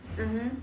mmhmm